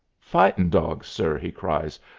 fightin' dawg, sir! he cries.